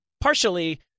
Partially